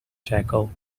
tackle